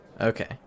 okay